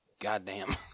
goddamn